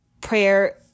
prayer